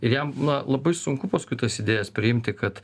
ir jam na labai sunku paskui tas idėjas priimti kad